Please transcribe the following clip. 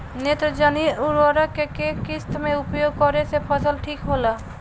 नेत्रजनीय उर्वरक के केय किस्त मे उपयोग करे से फसल ठीक होला?